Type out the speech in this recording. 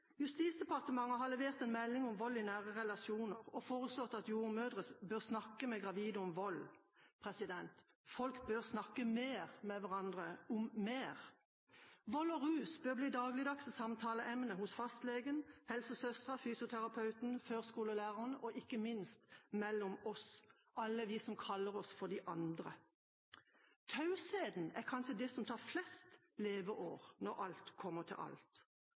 Justisdepartementet har levert en melding om vold i nære relasjoner og foreslått at jordmødre bør snakke med gravide om vold. Folk bør snakke mer med hverandre om mer. Vold og rus bør bli dagligdags samtaleemne hos fastlegen, helsesøstera, fysioterapeuten, førskolelæreren og – ikke minst – mellom oss, alle vi som kaller oss for de andre. Tausheten er kanskje det som tar flest leveår når alt kommer til alt.